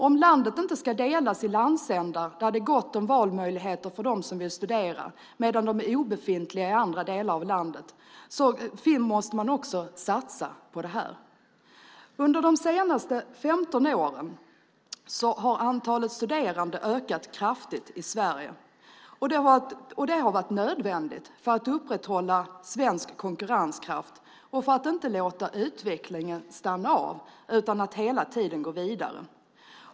Om landet inte ska delas i landsändar där det är gott om valmöjligheter för dem som vill studera medan de är obefintliga i andra delar av landet, måste man satsa på utbildning. Under de senaste 15 åren har antalet studerande ökat kraftigt i Sverige. Det har varit nödvändigt för att upprätthålla svensk konkurrenskraft och för att inte låta utvecklingen stanna av utan hela tiden låta den gå vidare.